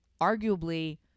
arguably